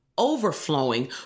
overflowing